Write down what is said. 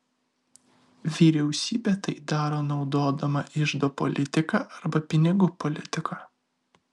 vyriausybė tai daro naudodama iždo politiką arba pinigų politiką